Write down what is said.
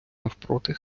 навпроти